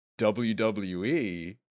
WWE